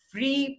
Free